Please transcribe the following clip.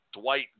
Dwight